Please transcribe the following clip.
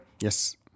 yes